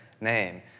name